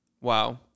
Wow